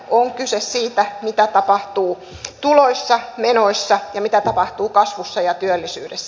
on kyse siitä mitä tapahtuu tuloissa menoissa ja mitä tapahtuu kasvussa ja työllisyydessä